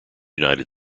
united